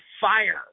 fire